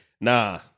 Nah